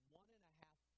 one-and-a-half